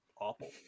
awful